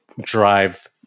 drive